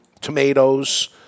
tomatoes